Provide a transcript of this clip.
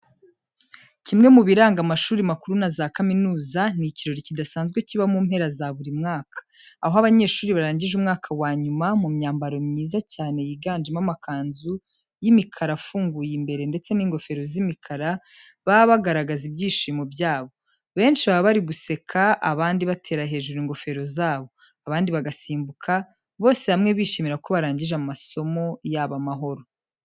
Kimwe mu biranga amashuri makuru na za kaminuza, ni ikirori kidasanzwe kiba mu mpera za buri mwaka. Aho abanyeshuri barangije umwaka wa nyuma, mu myambaro myiza cyane yiganjemo amakanzu y'imakara afunguye imbere ndetse n'ingofero z'imikara, baba bagaragaza ibyishimo byabo. Benshi baba bari guseka, abandi batera hejuru ingofero zabo, abandi bagasimbuka, bose hamwe bishimira ko barangije amasomo yabo amahoro.